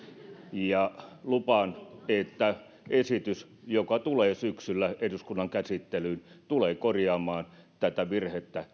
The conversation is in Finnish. ja lupaan että esitys joka tulee syksyllä eduskunnan käsittelyyn tulee korjaamaan tätä virhettä